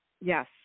Yes